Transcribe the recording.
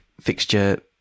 fixture